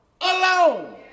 alone